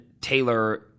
Taylor